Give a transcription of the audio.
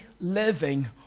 living